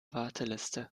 warteliste